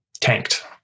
tanked